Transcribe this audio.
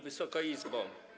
Wysoka Izbo!